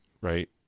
right